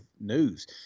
news